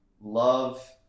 love